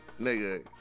nigga